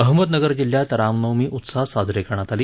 अहमदनगर जिल्ह्यात राम नवमी उत्साहात साजरी करण्यात आली